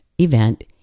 event